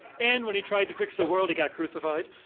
and when he tried to fix the world, he got crucified.